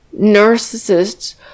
narcissists